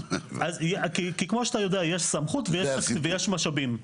כי כמו שאתה יודע, יש סמכות ויש משאבים.